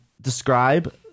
Describe